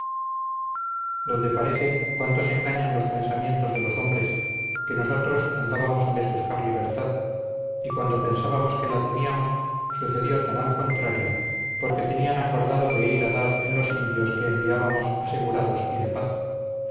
donde parece cuánto se engañan los pensamientos de los hombres que nosotros andábamos a les buscar libertad y cuando pensábamos que la teníamos sucedió tan al contrario porque tenían acordado de ir a dar en los indios que enviábamos asegurados y de paz